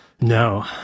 No